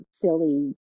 silly